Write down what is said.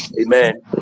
Amen